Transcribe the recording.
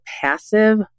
passive